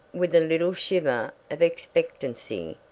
with a little shiver of expectancy,